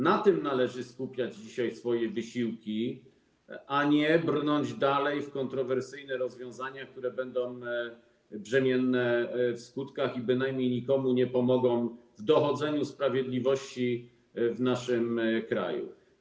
Na tym należy skupiać dzisiaj swoje wysiłki, a nie brnąć w kontrowersyjne rozwiązania, które będą brzemienne w skutkach i bynajmniej nikomu nie pomogą w dochodzeniu sprawiedliwości w naszym kraju.